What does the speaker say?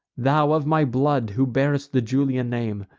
thou, of my blood, who bearist the julian name!